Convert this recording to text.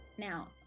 Now